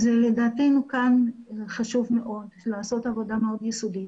לדעתנו חשוב לעשות עבודה מאוד יסודית,